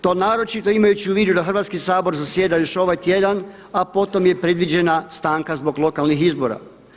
To naročito imajući u vidu da Hrvatski sabor zasjeda još ovaj tjedan a potom je predviđena stanka zbog lokalnih izbora.